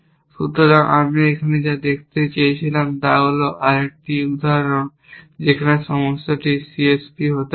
সুতরাং আমি এখানে যা দেখাতে চেয়েছিলাম তা হল এটি হল আরেকটি উদাহরণ যেখানে সমস্যাটি C S P হিসাবে হতে পারে